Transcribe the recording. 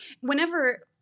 Whenever